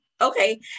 Okay